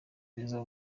neza